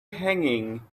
hanging